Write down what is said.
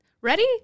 ready